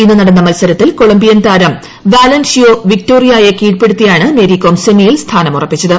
ഇന്ന് നടന്ന മത്സരത്തിൽ കൊളംമ്പിയൻ താരം വാലൻഷിയാ വിക്ടോറിയായെ കീഴ്പ്പെടുത്തിയാണ് മേരികോം സെമിയിൽ സ്ഥാനം ഉറപ്പിച്ചത്